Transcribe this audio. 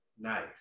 Nice